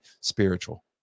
spiritual